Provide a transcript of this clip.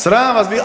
Sram vas bilo.